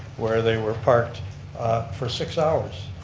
where they were parked for six hours.